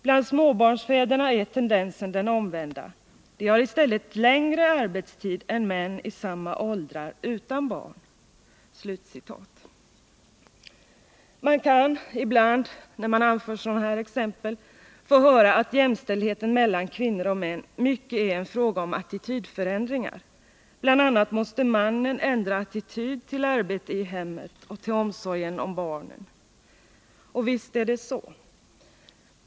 Bland småbarnsfäderna är tendensen den omvända, de har i stället längre arbetstid än män i samma åldrar utan barn.” När man anför sådana här exempel kan man ibland få höra att jämställdheten mellan kvinnor och män i mycket är en fråga om attitydförändringar. Bl. a. måste mannen ändra attityd till arbetet i hemmet och till omsorgen om barnen. Och visst är det så.